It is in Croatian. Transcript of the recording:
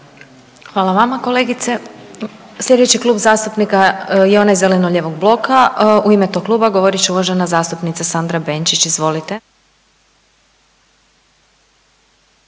Hvala vama kolegice. Sljedeći klub zastupnika je onaj zeleno-lijevog bloka u ime tog kluba govorit će uvažena zastupnica Sandra Benčić. Izvolite.